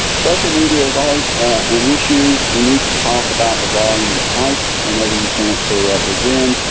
special media is always an issue. we need to talk about the volume and type whenever you transfer records in.